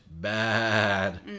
bad